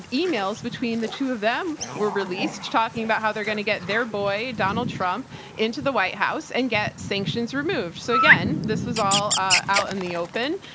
emails between the two of them were released, talking about how they're gonna get their boy donald trump into the white house and get sanctions removed, so again, this was all ah out in the open.